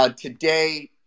today